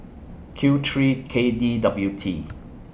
Q three K D W T